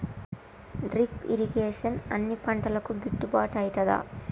Drip irrigation అన్ని పంటలకు గిట్టుబాటు ఐతదా?